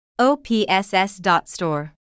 OPSS.store